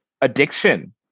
addiction